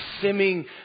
simming